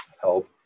help